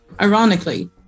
ironically